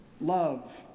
love